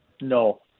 No